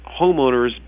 homeowners